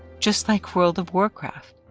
just like world of warcraft,